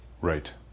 Right